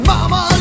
Mama